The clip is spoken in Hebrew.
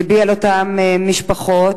לבי על אותן משפחות,